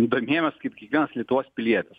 domėjomės kaip kiekvienas lietuvos pilietis